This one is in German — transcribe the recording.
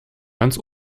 ganz